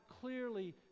Clearly